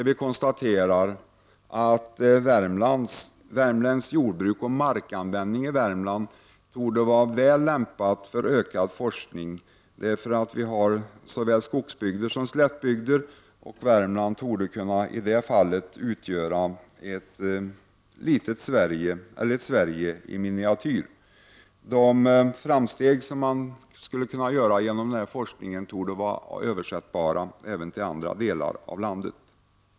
Vi konstaterar att värmländskt jordbruk och markanvändningen i Värmland torde vara väl lämpade för en utökad forskning. I Värmland finns det ju såväl skogsbygder som slättbygder. I det fallet torde Värmland utgöra ett Sverige i miniatyr. De framsteg som skulle kunna göras genom den här forskningen torde kunna ha sin motsvarighet i andra delar av landet.